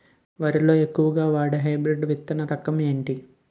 వరి లో ఎక్కువుగా వాడే హైబ్రిడ్ విత్తన రకం ఏంటి?